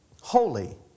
holy